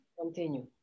continue